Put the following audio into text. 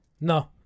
no